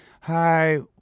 hi